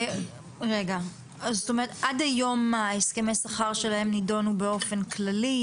רגע, עד היום הסכמי השכר שלהם נידונו באופן כללי?